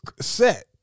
set